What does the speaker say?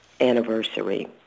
anniversary